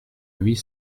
huit